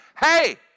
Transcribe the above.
Hey